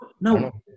No